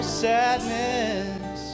sadness